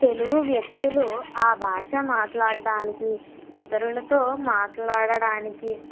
తెలుగు వ్యక్తులు ఆ భాష మాట్లాడ్డానికి ఇతరులతో మాట్లాడడానికి